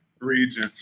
region